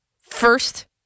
First